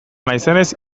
naizenez